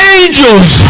angels